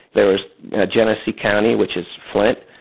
there was a genesee county, which is flint.